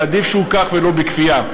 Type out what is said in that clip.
עדיף שהוא כך ולא בכפייה.